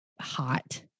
hot